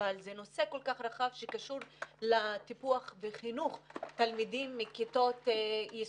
אבל זה נושא כל כך רחב שקשור לטיפוח וחינוך תלמידים מכיתות יסודי.